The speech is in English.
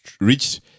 reached